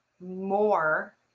more